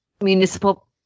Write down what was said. Municipal